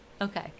Okay